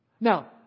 Now